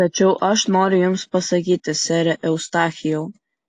tačiau aš noriu jums pasakyti sere eustachijau